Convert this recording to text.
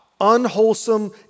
Unwholesome